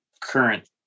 current